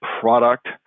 product